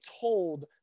told